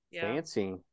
Fancy